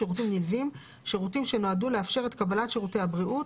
"שירותים נלווים" שירותים שנועדו לאפשר את קבלת שירותי הבריאות,